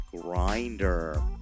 grinder